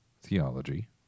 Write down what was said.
theology